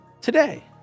today